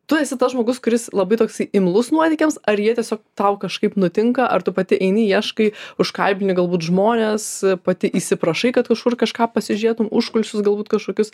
tu esi tas žmogus kuris labai toksai imlus nuotykiams ar jie tiesiog tau kažkaip nutinka ar tu pati eini ieškai užkalbini galbūt žmones pati įsiprašai kad kažkur kažką pasižiūrėtum užkulisius galbūt kažkokius